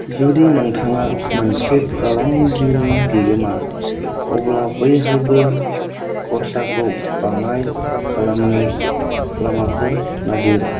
जुदि नोंथाङा मोनसे फालांगिनि बिगोमा अब्ला बैहायबो खरसाखौ बाङाइ खालामनो लामाफोर नागिर